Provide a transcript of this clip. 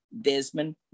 Desmond